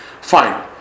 Fine